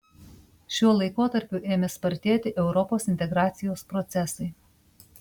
šiuo laikotarpiu ėmė spartėti europos integracijos procesai